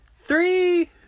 three